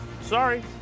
Sorry